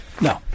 no